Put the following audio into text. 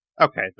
Okay